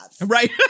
Right